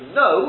no